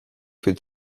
für